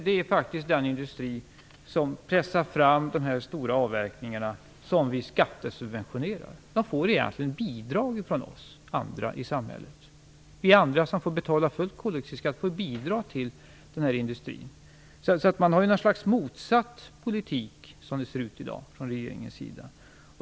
Det är faktiskt den industri som pressar fram de stora avverkningarna som vi skattesubventionerar. Den får egentligen bidrag från oss andra i samhället. Alla andra som betalar full koldioxidskatt får bidra till den här industrin. Det är något slags bakvänd politik från regeringens sida.